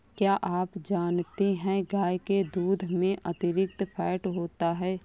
क्या आप जानते है गाय के दूध में अतिरिक्त फैट होता है